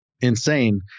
insane